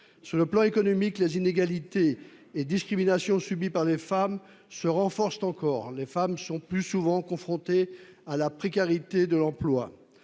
Dans le domaine économique, les inégalités et discriminations subies par les femmes se renforcent encore : les femmes sont plus souvent confrontées à la précarité de l'emploi.